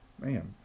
man